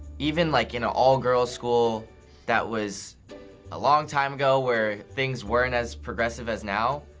even like in an all girls school that was a long time ago, where things weren't as progressive as now,